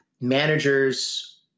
managers